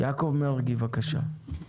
יעקב מרגי, בבקשה.